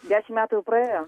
dešim metų jau praėjo